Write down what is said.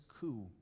coup